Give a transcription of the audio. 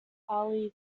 ali